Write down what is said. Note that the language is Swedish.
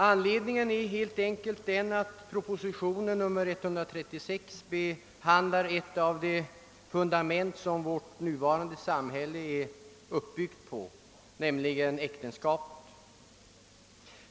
Anledningen är helt enkelt att proposition nr 136 behandlar ett av de fundament, som vårt nuvarande samhälle är uppbyggt på, nämligen äktenskapet.